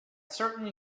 certainly